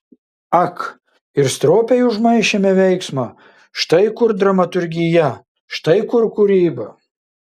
ak ir stropiai užmaišėme veiksmą štai kur dramaturgija štai kur kūryba